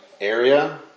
area